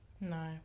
No